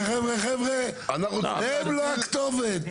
חבר'ה, הם לא הכתובת.